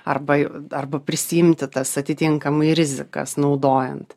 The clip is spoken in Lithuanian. arba arba prisiimti tas atitinkamai rizikas naudojant